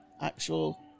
actual